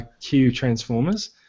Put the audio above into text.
Q-Transformers